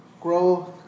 growth